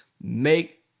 Make